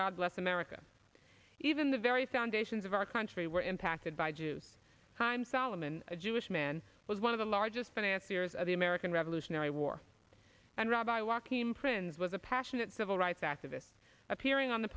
god bless america even the very foundations of our country were in package by jews time solomon a jewish man was one of the largest financier's of the american revolutionary war and rabbi walking prinz was a passionate civil rights activist appearing on the